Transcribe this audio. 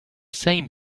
same